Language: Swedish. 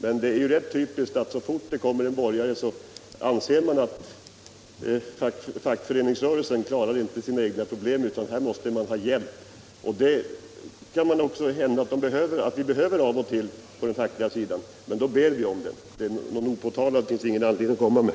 Men det är rätt typiskt att så fort en borgare tar till orda i sådana här sammanhang så anser han att fackföreningsrörelsen inte klarar sina uppgifter utan hjälp. Det kan hända att vi på den fackliga sidan behöver hjälp av och till, men då ber vi om det. Någon opåkallad hjälp finns det ingen anledning att komma med.